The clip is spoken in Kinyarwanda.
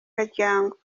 karyango